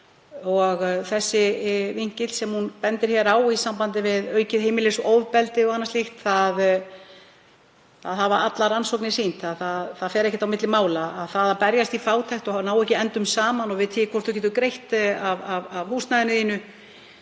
svo þessi vinkill sem hún bendir á í sambandi við aukið heimilisofbeldi og annað slíkt. Allar rannsóknir hafa sýnt að það fer ekkert á milli mála að það berjast í fátækt og ná ekki endum saman og vita ekki hvort þú getur greitt af húsnæðinu þínu,